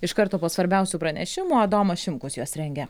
iš karto po svarbiausių pranešimų adomas šimkus juos rengia